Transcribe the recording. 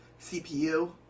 CPU